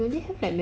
ya